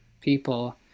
people